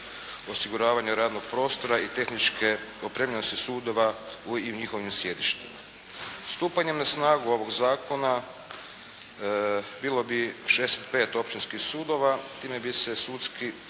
osiguravanja radnog prostora i tehničke opremljenosti sudova u njihovim sjedištima. Stupanjem na snagu ovog zakona bilo bi 65 općinskih sudova, time bi se sudovi,